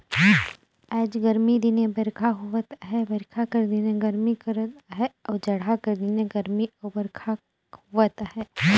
आएज गरमी दिने बरिखा होवत अहे बरिखा कर दिने गरमी करत अहे अउ जड़हा कर दिने गरमी अउ बरिखा होवत अहे